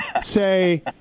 say